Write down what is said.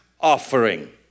offering